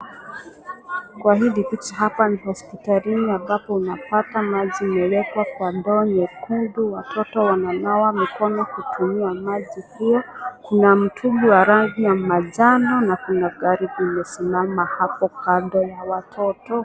Kwa hili picha hapa ni hosipitalini ambapo unapata maji imewekwa kwa ndoo nyekundu watoto wananawa mikono kutumia maji hiyo. Kuna mtungi wa rangi wa majano na kuna kuna gari imesimama hapo kando ya watoto.